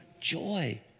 joy